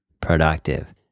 productive